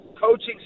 coaching